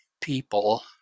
people